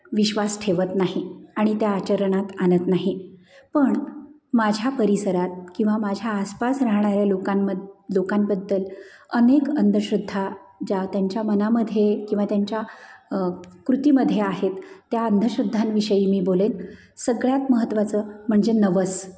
विश्वास ठेवत नाही आणि त्या आचरणात आणत नाही पण माझ्या परिसरात किंवा माझ्या आसपास राहणाऱ्या लोकांम लोकांबद्दल अनेक अंधश्रद्धा ज्या त्यांच्या मनामध्ये किंवा त्यांच्या कृतीमध्ये आहेत त्या अंधश्रद्धांविषयी मी बोलेन सगळ्यात महत्त्वाचं म्हणजे नवस